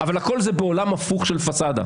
אבל הכול זה בעולם הפוך של פסדה.